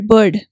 Bird